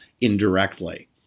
indirectly